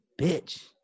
bitch